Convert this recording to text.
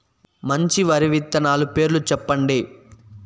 మంచి వరి విత్తనాలు పేర్లు చెప్పండి?